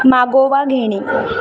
मागोवा घेणे